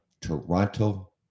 Toronto